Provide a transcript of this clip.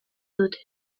dut